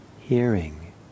hearing